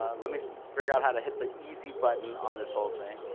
ah let me figure out how to hit the easy button on this whole thing.